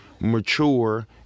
mature